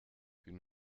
bin